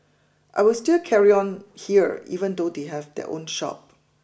I will still carry on here even though they have their own shop